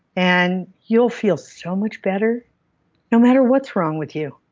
and you'll feel so much better no matter what's wrong with you.